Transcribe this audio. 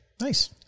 Nice